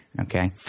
okay